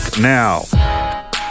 now